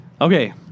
Okay